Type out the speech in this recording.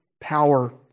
power